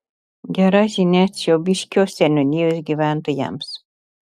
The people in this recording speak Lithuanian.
gera žinia čiobiškio seniūnijos gyventojams